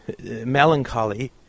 melancholy